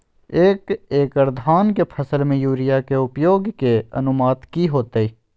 एक एकड़ धान के फसल में यूरिया के उपयोग के अनुपात की होतय?